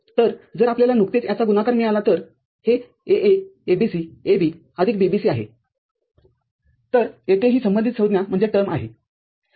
तरजर आपल्याला नुकतेच याचा गुणाकार मिळाला तर हे AA ABC AB आदिक BBC आहे तरयेथे ही संबंधित संज्ञा आहे